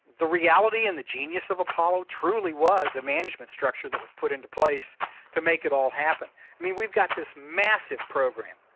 the reality and the genius of apollo truly was a management structure that was put into place to make it all happen. i mean we've got this massive program.